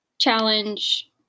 challenge